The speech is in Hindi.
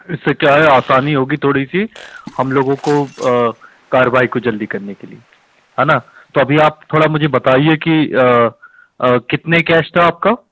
इससे क्या है आसानी होगी थोड़ी सी हम लोगों को कार्रवाई को जल्दी करने के लिए है ना तो अभी आप थोड़ा मुझे बताइए कि कितने कैश था आपका